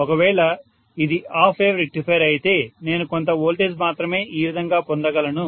ఒకవేళ ఇది half wave rectifier అయితే నేను కొంత వోల్టేజ్ మాత్రమే ఈ విధంగా పొందగలను